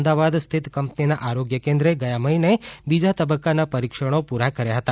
અમદાવાદ સ્થિત કંપનીના આરોગ્ય કેન્દ્રે ગયા મહિને બીજા તબક્કાના પરીક્ષણો પુરા કર્યા હતા